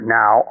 now